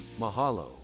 Mahalo